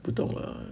不懂啊